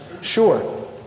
Sure